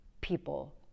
people